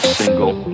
single